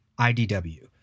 IDW